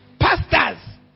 pastors